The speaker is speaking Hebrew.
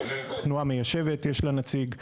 לתנועה המיישבת יש נציג,